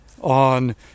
on